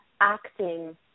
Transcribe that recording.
acting